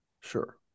Sure